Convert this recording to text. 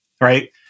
right